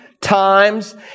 times